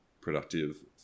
productive